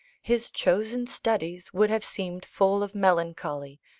his chosen studies would have seemed full of melancholy,